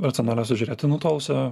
racionaliausią žiūrėti nutolusią